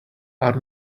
are